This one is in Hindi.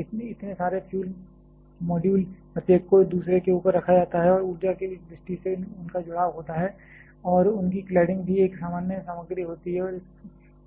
इतने सारे फ्लूड मॉड्यूल प्रत्येक को दूसरे के ऊपर रखा जाता है और ऊर्जा की दृष्टि से उनका जुड़ाव होता है और उनकी क्लैडिंग भी एक सामान्य सामग्री होती है